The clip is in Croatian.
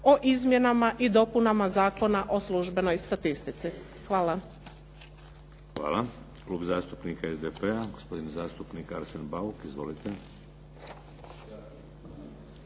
o izmjenama i dopunama Zakona o službenoj statistici. Hvala. **Šeks, Vladimir (HDZ)** Hvala. Klub zastupnika SDP-a, gospodin zastupnik Arsen Bauk. Izvolite.